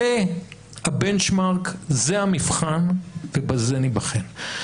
זה הבנצ'מארק, זה המבחן, ובזה ניבחן.